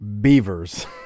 Beavers